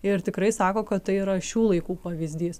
ir tikrai sako kad tai yra šių laikų pavyzdys